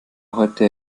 heute